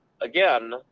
again